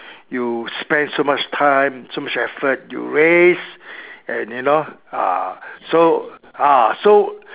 you spend so much time so much effort you raise and you know ah so ah so